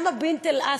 גם בִנת אל-אסד,